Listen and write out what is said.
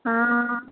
आं